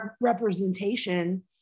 representation